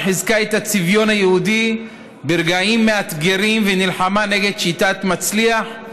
שחיזקה את הצביון היהודי ברגעים מאתגרים ונלחמה נגד "שיטת מצליח",